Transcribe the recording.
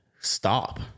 stop